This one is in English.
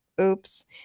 oops